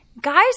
guys